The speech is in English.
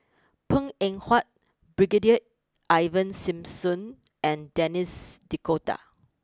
Png Eng Huat Brigadier Ivan Simson and Denis D'Cotta